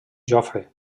jofre